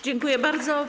Dziękuję bardzo.